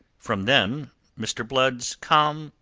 from them mr. blood's calm,